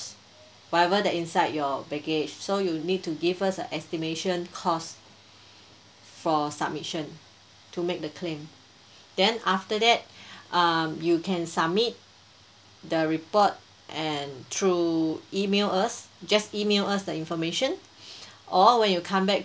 whatever that's inside your baggage so you need to give us a estimation cost for submission to make the claim then after that um you can submit the report and through email us just email us the information or when you come back